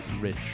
rich